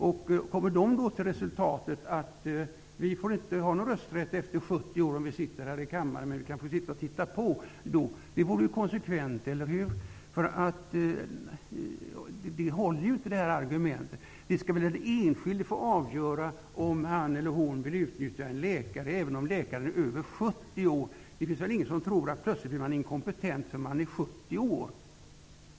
Om Socialstyrelsen kommer till det resultatet att riksdagsmän inte får ha någon rösträtt efter 70 års ålder, får vi väl sitta här och titta på. Det vore konsekvent, eller hur? Argumenten håller inte. Det är väl den enskilde som skall få avgöra om han eller hon vill anlita en läkare, även om läkaren är över 70 år. Det finns väl ingen som tror att man plötsligt blir inkompetent bara för att man är 70 år.